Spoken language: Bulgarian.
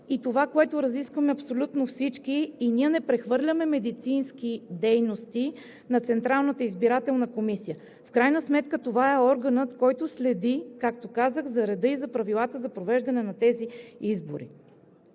– това, което разискваме абсолютно всички. Ние не прехвърляме медицински дейности на Централната избирателна комисия. В крайна сметка това е органът, който следи, както казах, за реда и правилата за провеждане на тези избори.